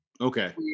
Okay